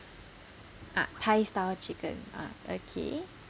ah thai style chicken ah okay